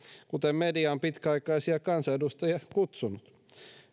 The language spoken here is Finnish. kuten media on pitkäaikaisia kansanedustajia kutsunut